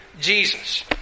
Jesus